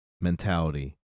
mentality